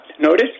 notice